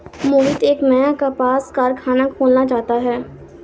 मोहित एक नया कपास कारख़ाना खोलना चाहता है